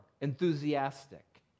enthusiastic